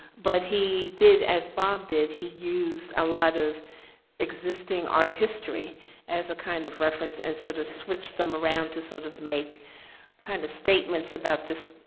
but he did as bob did, he used a lot of existing art history as a kind of reference. and so to switch them around to sort of make kind of statements about this,